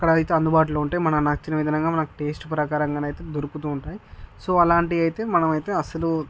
అక్కడ అయితే అందుబాటులో ఉంటాయి మన నచ్చిన విధంగా టేస్ట్ ప్రకారంగా అయితే దొరుకుతు ఉంటాయి సో అలాంటివి అయితే మనం అయితే అసలు